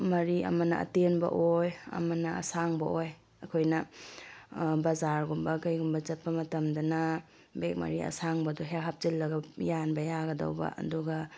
ꯃꯔꯤ ꯑꯃꯅ ꯑꯇꯦꯟꯕ ꯑꯣꯏ ꯑꯃꯅ ꯑꯁꯥꯡꯕ ꯑꯣꯏ ꯑꯩꯈꯣꯏꯅ ꯕꯖꯥꯔꯒꯨꯝꯕ ꯀꯩꯒꯨꯝꯕ ꯆꯠꯄ ꯃꯇꯝꯗꯅ ꯕꯦꯛ ꯃꯔꯤ ꯑꯁꯥꯡꯕꯗꯣ ꯍꯦꯛ ꯍꯥꯞꯆꯤꯜꯂꯒ ꯌꯥꯟꯕ ꯌꯥꯒꯗꯧꯕ ꯑꯗꯨꯒ